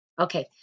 Okay